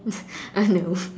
uh no